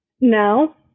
No